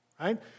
right